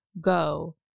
go